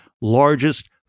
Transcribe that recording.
largest